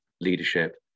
leadership